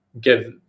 give